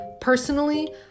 Personally